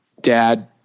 dad